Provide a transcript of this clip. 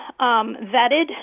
vetted